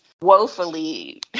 woefully